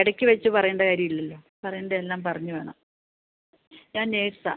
ഇടയ്ക്കുവെച്ചു പറയേണ്ട കാര്യമില്ലല്ലോ പറയേണ്ടതെല്ലാം പറഞ്ഞു വേണം ഞാൻ നെഴ്സാണ്